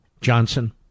Johnson